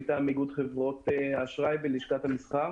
מטעם איגוד חברות האשראי בלשכת המסחר.